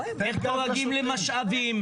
איך דואגים למשאבים,